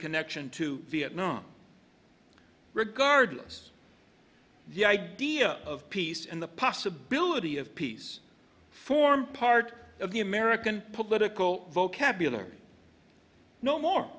connection to vietnam regardless the idea of peace and the possibility of peace form part of the american political vocabulary no more